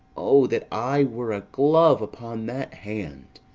o that i were a glove upon that hand,